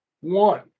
one